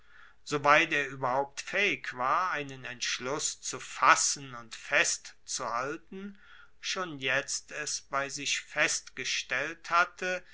soweit er ueberhaupt faehig war einen entschluss zu fassen und festzuhalten schon jetzt es bei sich festgestellt hatte